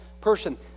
person